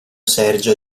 sergio